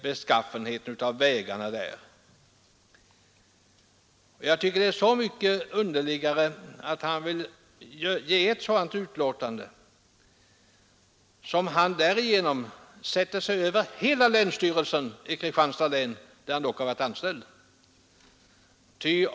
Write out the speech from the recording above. Det är så mycket underligare att han vill ge ett sådant utlåtande som han därigenom sätter sig över hela länsstyrelsen i Kristianstads län, där han dock har varit anställd.